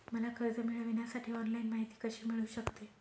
मला कर्ज मिळविण्यासाठी ऑनलाइन माहिती कशी मिळू शकते?